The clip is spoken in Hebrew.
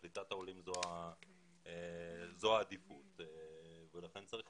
קליטת העולים זו העדיפות ולכן צריך